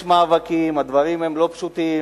יש מאבקים, הדברים הם לא פשוטים.